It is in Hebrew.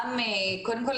קודם כל,